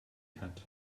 cat